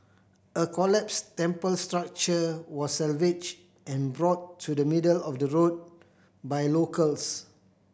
a collapsed temple structure was salvaged and brought to the middle of the road by locals